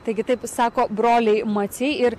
taigi taip sako broliai maciai ir